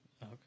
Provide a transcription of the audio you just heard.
Okay